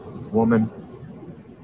woman